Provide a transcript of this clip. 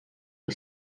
que